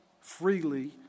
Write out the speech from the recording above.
freely